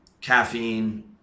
caffeine